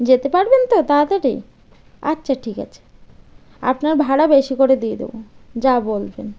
যেতে পারবেন তো তাড়াতাড়ি আচ্ছা ঠিক আছে আপনার ভাড়া বেশি করে দিয়ে দেবো যা বলবেন